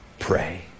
pray